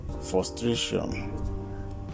frustration